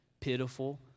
pitiful